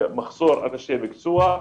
יש מחסור באנשי מקצוע,